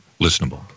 listenable